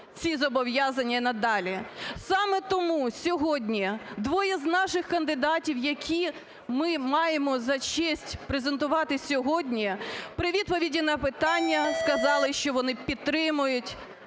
ці зобов'язання і надалі. Саме тому сьогодні двоє з наших кандидатів, які ми маємо за честь презентувати сьогодні? при відповіді на питання сказали, що вони підтримують